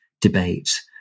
debate